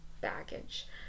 baggage